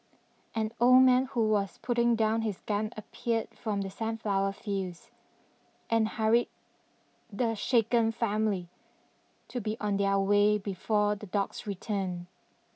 an old man who was putting down his gun appeared from the sunflower fields and hurried the shaken family to be on their way before the dogs return